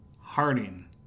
Harding